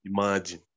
imagine